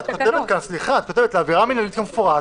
את כותבת כאן: "לעבירה מנהלית כמפורט